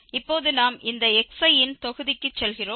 இப்போது நாம் இந்த xi ன் தொகுதிக்கு செல்கிறோம்